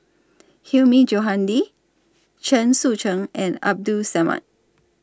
Hilmi Johandi Chen Sucheng and Abdul Samad